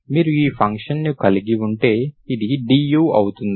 మీరు ఈ ఫంక్షన్ని కలిగి ఉంటే ఇది du అవుతుంది